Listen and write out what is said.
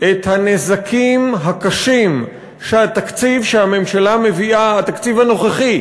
את הנזקים הקשים שהתקציב הנוכחי